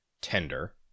tender